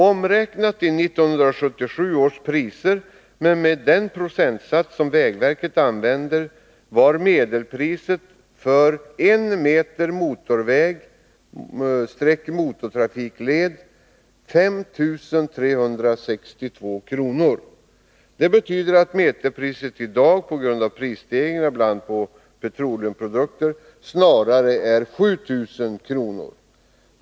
Omräknat i 1977 års priser och med den procentsats som vägverket använder var medelpriset för I meter motorväg/ motortrafikled 5 362 kr. Det betyder att meterpriset i dag på grund av prisstegringen på bl.a. petroleumprodukter snarare är 7 000 kr.